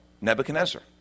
Nebuchadnezzar